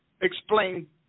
explain